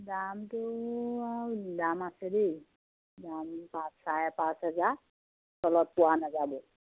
দামটো আৰু দাম আছে দেই দাম পাঁচ চাৰে পাঁচ হেজাৰ তলত পোৱা নাযাব